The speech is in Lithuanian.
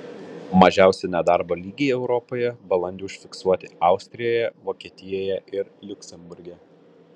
mažiausi nedarbo lygiai europoje balandį užfiksuoti austrijoje vokietijoje ir liuksemburge